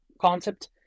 concept